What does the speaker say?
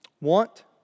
want